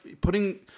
putting